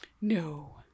No